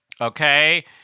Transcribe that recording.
okay